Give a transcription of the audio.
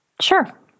Sure